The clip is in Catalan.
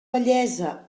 bellesa